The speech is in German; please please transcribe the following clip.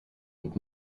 und